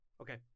Okay